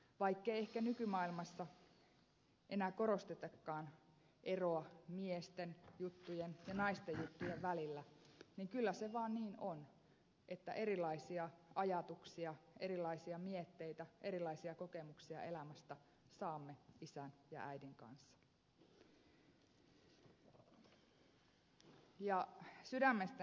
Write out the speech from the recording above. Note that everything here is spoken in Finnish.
vaikkei ehkä nykymaailmassa enää korostetakaan eroa miesten juttujen ja naisten juttujen välillä niin kyllä se vaan niin on että erilaisia ajatuksia erilaisia mietteitä erilaisia kokemuksia elämästä saamme isän ja äidin kanssa